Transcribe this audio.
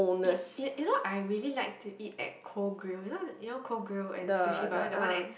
y~ y~ you know I really like to eat at Koh-Grill you know you know Koh-Grill-and-Sushi-Bar the one at